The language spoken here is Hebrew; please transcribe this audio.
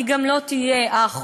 היא גם לא תהיה האחרונה,